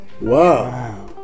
Wow